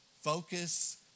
Focus